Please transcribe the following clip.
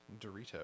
Dorito